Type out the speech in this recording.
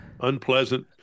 unpleasant